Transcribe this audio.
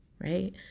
right